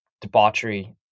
debauchery